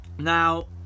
Now